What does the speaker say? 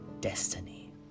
destiny